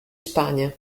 spagna